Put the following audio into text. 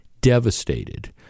devastated